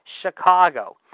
Chicago